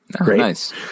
Great